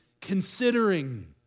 considering